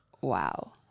Wow